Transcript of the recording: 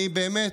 אני באמת,